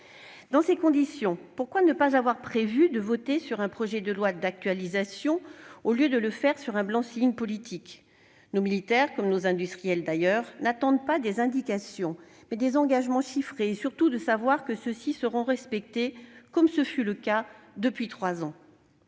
Dans ces conditions, pourquoi ne pas avoir prévu un vote sur un projet de loi d'actualisation plutôt qu'un blanc-seing politique ? Nos militaires, comme nos industriels, d'ailleurs, n'attendent pas des indications, mais des engagements chiffrés ; surtout, ils attendent de savoir que ceux-ci seront respectés, comme ce fut le cas depuis trois ans.